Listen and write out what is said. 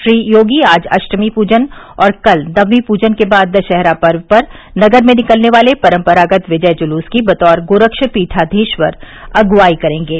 श्री योगी आज अष्टमी पूजन और कल नवमी पूजन के बाद दशहरा पर्व पर नगर में निकलने वाले परम्परागत विजय जुलूस की बतौर गोरक्षपीठायीस्वर अगुवाई करेंगे